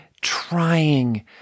trying